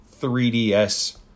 3DS